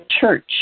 church